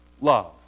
love